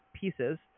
Pieces